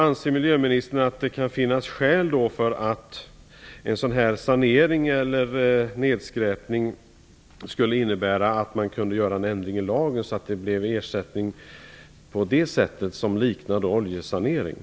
Anser miljöministern att det kan finnas skäl att göra en ändring av lagen så att man kan få ersättning, liknande den som utgår vid oljesanering, vid sanering och strandstädning i övrigt?